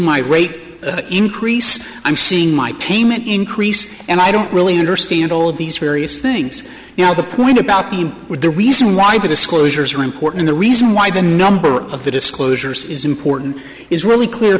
my rate increase i'm seeing my payment increase and i don't really understand all these various things now the point about you were the reason why the disclosures are important the reason why the number of the disclosures is important is really clear